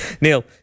neil